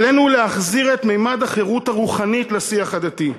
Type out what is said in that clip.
עלינו להחזיר את ממד החירות הרוחנית לשיח הדתי,